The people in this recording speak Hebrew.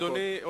אדוני,